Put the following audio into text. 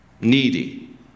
needy